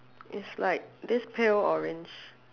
is like this pale orange